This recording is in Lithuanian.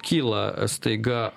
kyla staiga